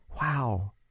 wow